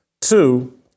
Two